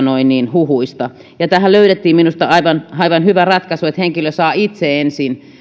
huhuista tähän löydettiin minusta aivan aivan hyvä ratkaisu että henkilö saa itse ensin